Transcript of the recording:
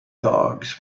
dogs